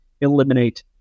eliminate